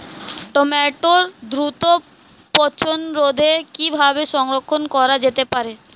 টমেটোর দ্রুত পচনরোধে কিভাবে সংরক্ষণ করা যেতে পারে?